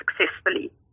successfully